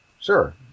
Sure